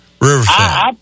Riverside